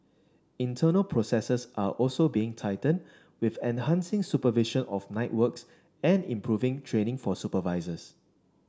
internal processes are also being tightened with enhancing supervision of night works and improving training for supervisors